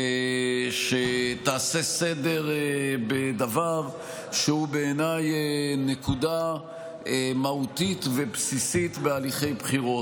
שתעשה סדר בדבר שהוא בעיניי נקודה מהותית ובסיסית בהליכי בחירות.